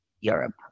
Europe